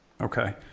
Okay